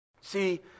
See